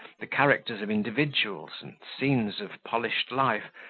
the characters of individuals, and scenes of polished life,